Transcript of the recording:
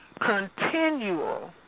continual